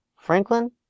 Franklin